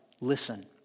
listen